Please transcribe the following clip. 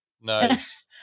Nice